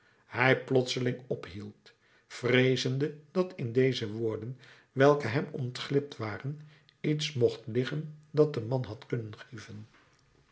hij plotseling ophield vreezende dat in deze woorden welke hem ontglipt waren iets mocht liggen dat den man had kunnen grieven